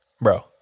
bro